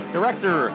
Director